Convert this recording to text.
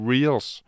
Reels